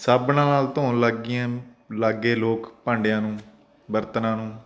ਸਾਬਣਾਂ ਨਾਲ ਧੋਣ ਲੱਗ ਗਈਆਂ ਲੱਗ ਗਏ ਲੋਕ ਭਾਂਡਿਆਂ ਨੂੰ ਬਰਤਨਾਂ ਨੂੰ